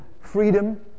freedom